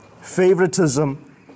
favoritism